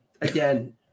again